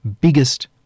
biggest